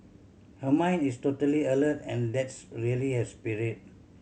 her mind is totally alert and that's really her spirit